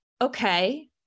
okay